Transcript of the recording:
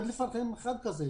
מדבר לפניכם אחד כזה,